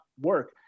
work